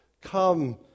Come